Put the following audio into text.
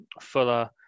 Fuller